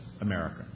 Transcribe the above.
America